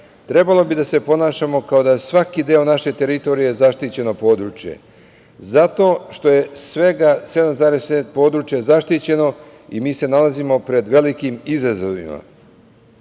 trebalo bi da se ponašamo kao da je svaki deo naše teritorije zaštićeno područje, zato što je svega 7,6% područja zaštićeno i mi se nalazimo pred velikim izazovima.